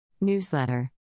Newsletter